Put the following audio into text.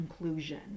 conclusion